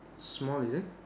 small is it